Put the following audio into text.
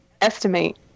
estimate